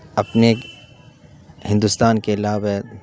اپنے ہندوستان کے علاوہ